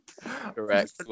Correct